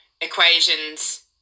equations